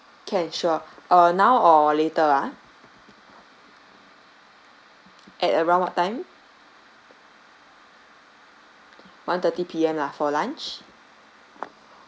can sure uh now or later ah at around what time one thirty P_M lah for lunch